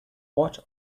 what